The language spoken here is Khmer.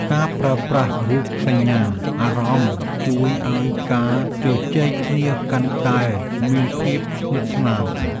ការប្រើប្រាស់រូបសញ្ញាអារម្មណ៍ ជួយឱ្យការជជែកគ្នាកាន់តែមានភាពស្និទ្ធស្នាល។